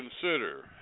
Consider